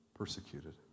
Persecuted